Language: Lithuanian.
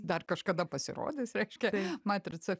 dar kažkada pasirodys reiškia matricą